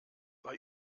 bei